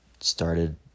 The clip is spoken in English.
started